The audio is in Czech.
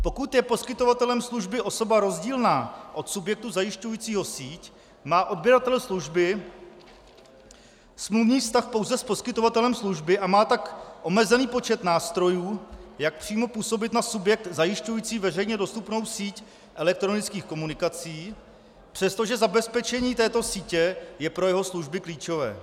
Pokud je poskytovatelem služby osoba rozdílná od subjektu zajišťujícího síť, má odběratel služby smluvní vztah pouze s poskytovatelem služby a má tak omezený počet nástrojů, jak přímo působit na subjekt zajišťující veřejně dostupnou síť elektronických komunikací, přestože zabezpečení této sítě je pro jeho služby klíčové.